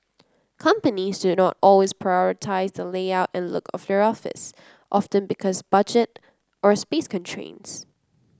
companies do not always prioritise the layout and look of their office often because of budget or space constraints